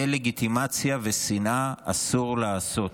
דה-לגיטימציה ושנאה אסור לעשות.